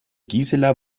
gisela